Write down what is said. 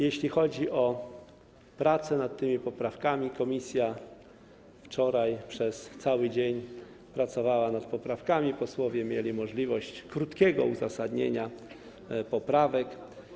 Jeśli chodzi o pracę nad tymi poprawkami, komisja wczoraj przez cały dzień pracowała nad nimi, posłowie mieli możliwość krótkiego uzasadnienia tych poprawek.